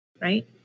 right